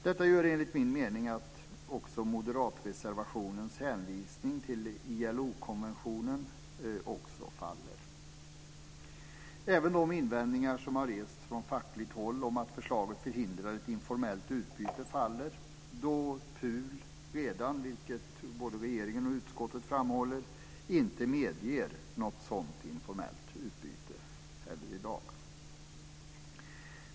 Detta gör enligt min mening att också moderatreservationens hänvisning till Även de invändningar som har rests från fackligt håll om att förslaget förhindrar ett informellt utbyte faller, då PUL redan, vilket både regeringen och utskottet framhåller, inte medger något sådant informellt utbyte i dag heller.